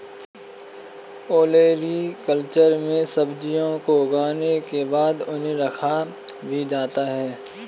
olericulture में सब्जियों को उगाने के बाद उन्हें रखा भी जाता है